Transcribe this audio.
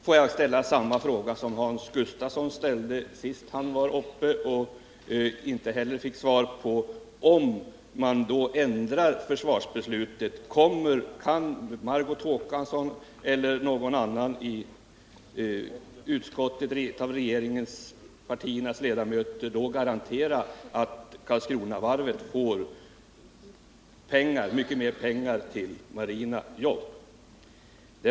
Får jag ställa samma fråga som Hans Gustafsson ställde men som han inte fick något svar på: Om man ändrar försvarsbeslutet, kan då Margot Håkansson eller någon annan av regeringspartiernas ledamöter i utskottet garantera att Karlskronavarvet får mycket mer pengar till marina jobb?